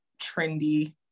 trendy